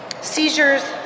seizures